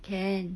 can